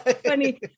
funny